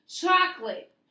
chocolate